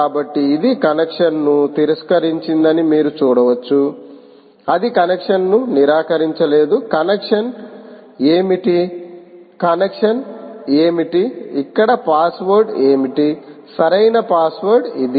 కాబట్టి ఇది కనెక్షన్ను తిరస్కరించిందని మీరు చూడవచ్చు అది కనెక్షన్ను నిరాకరించలేదు కనెక్షన్ ఏమిటి కనెక్షన్ ఏమిటి ఇక్కడ పాస్వర్డ్ ఏమిటి సరైన పాస్వర్డ్ ఇది